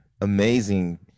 amazing